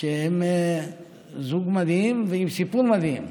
הם זוג מדהים ועם סיפור מדהים: